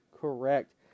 correct